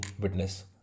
witness